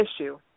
issue